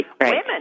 women